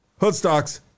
Hoodstocks